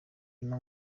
nyuma